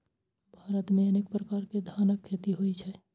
भारत मे अनेक प्रकार के धानक खेती होइ छै